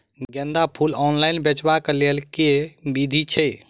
गेंदा फूल ऑनलाइन बेचबाक केँ लेल केँ विधि छैय?